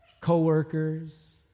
co-workers